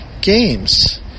Games